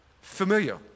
Familiar